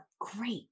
great